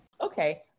Okay